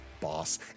boss